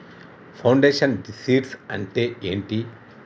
Foundation seeds అంటే ఏంటి?